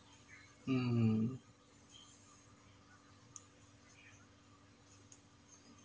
mm